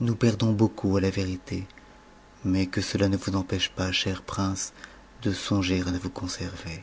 nous perdons beaucoup à la vérité mais que cela ne vous empêche pas cher prince de songer à vous conserver